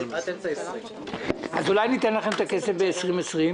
שנת 2020. אולי ניתן לכם את הכסף ב-2020?